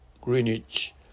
Greenwich